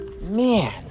Man